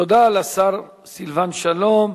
תודה לשר סילבן שלום.